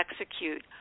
execute